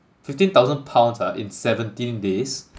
fifteen thousand pounds ah in seventeen days